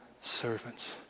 servants